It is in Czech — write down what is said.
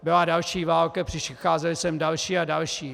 Byla další válka, přicházeli sem další a další.